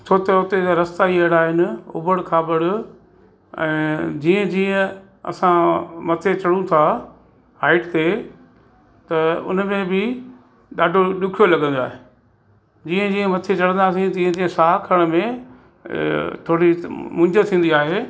छो त उते जा रस्ता ई अहिड़ा आहिनि उबड़ खाबड़ ऐं जीअं जीअं असां मथे चढ़ुथा हाइट ते त उनमें बि ॾाढो ॾुखियो लॻंदो आहे जीअं जीअं मथे चढ़ंदासीं तीअं तीअं साह खणण में थोरी मूंझ थींदी आहे